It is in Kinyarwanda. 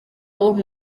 uwo